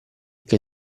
che